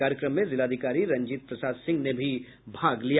कार्यक्रम में जिलाधिकारी रंजीत प्रसाद सिंह ने भी भाग लिया